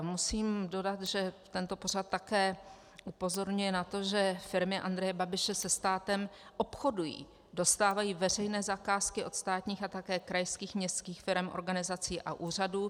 Musím dodat, že tento pořad také upozorňuje na to, že firmy Andreje Babiše se státem obchodují, dostávají veřejné zakázky od státních a také krajských, městských firem, organizací a úřadů.